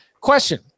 Question